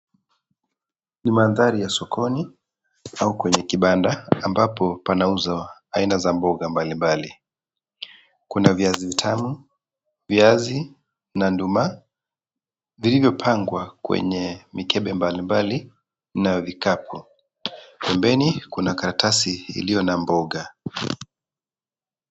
Ni mandhari ya sokoni au kwenye kibanda ambapo panauzwa aina za mboga mbalimbali. Kuna viazi vitamu, viazi na nduma vilivyopangwa kwenye mikebe mbalimbali na vikapu. Pembeni kuna karatasi iliyo na mboga.